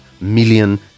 million